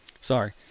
sorry